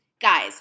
Guys